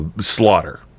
slaughter